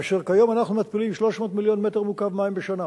כאשר כיום אנחנו מתפילים 300 מיליון מטר מעוקב מים בשנה,